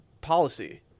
policy